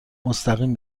مستقیم